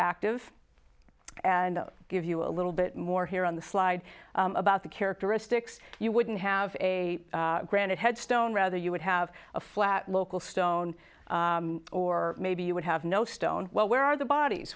active and give you a little bit more here on the slide about the characteristics you wouldn't have a granite headstone rather you would have a flat local stone or maybe you would have no stone well where are the bodies